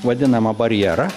vadinamą barjerą